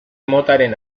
motaren